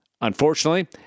Unfortunately